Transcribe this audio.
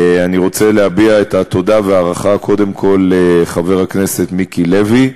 אני רוצה להביע את התודה וההערכה קודם כול לחבר הכנסת מיקי לוי,